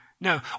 No